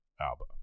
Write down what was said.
Alba